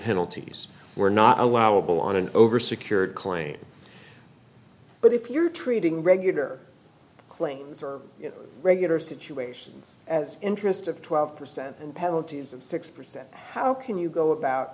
penalties were not allowable on an over secured claim but if you're treating regular claims or regular situations as interest of twelve percent and penalties of six percent how can you go about